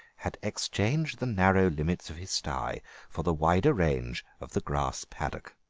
had exchanged the narrow limits of his stye for the wider range of the grass paddock.